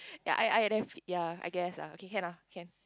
ya I I ya I guess ah okay can ah can